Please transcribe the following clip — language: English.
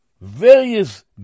Various